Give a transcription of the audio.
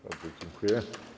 Bardzo dziękuję.